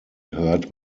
heard